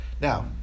Now